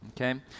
okay